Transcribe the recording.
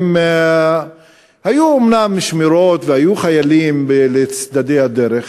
היו אומנם שמירות, והיו חיילים בצדי הדרך,